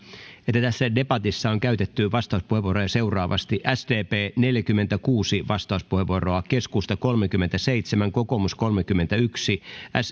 että tässä debatissa on käytetty vastauspuheenvuoroja seuraavasti sdp neljäkymmentäkuusi vastauspuheenvuoroa keskusta kolmekymmentäseitsemän kokoomus kolmekymmentäyksi